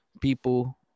people